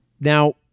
Now